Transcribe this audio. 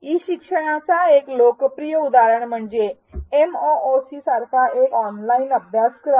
E शिक्षणाचा एक लोकप्रिय उदाहरण म्हणजे एमओओसी सारखा एक ऑनलाइन अभ्यासक्रम